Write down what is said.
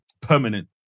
permanent